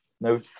No